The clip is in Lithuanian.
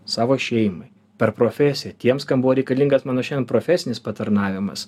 savo šeimai per profesiją tiems kam buvo reikalingas mano šian profesinis patarnavimas